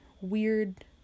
weird